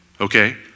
okay